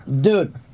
Dude